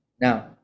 Now